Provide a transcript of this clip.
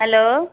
hello